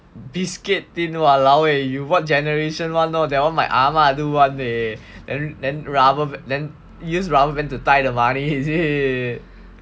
biscuit tin !walao! eh you what generation [one] know that one my ah ma do [one] leh then then rubber use rubber band to tie the money is it